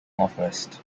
northwest